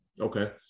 Okay